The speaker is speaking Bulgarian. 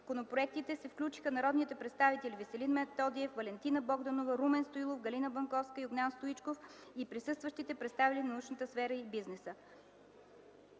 по стратегията се включиха народните представители Веселин Методиев, Валентина Богданова, Румен Стоилов, Галина Банковска, Огнян Стоичков и присъстващите представители на научната сфера и бизнеса.